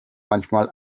manchmal